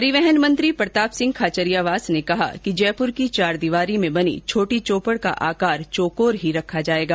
परिवहन मंत्री प्रतापसिंह खाचरियावास ने कहा है कि जयपुर के चारदीवारी में बनी छोटी चौपड़ का आकार चौकोर ही रखा जाएगा